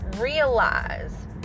realize